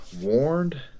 warned